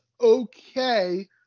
okay